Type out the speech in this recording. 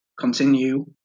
Continue